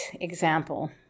example